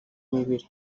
imibiri